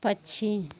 पक्षी